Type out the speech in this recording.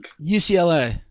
UCLA